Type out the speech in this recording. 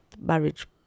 marriage